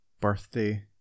birthday